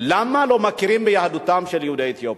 למה לא מכירים ביהדותם של יהודי אתיופיה.